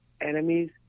enemies